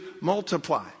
multiply